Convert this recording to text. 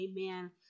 Amen